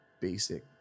basic